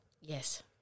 Yes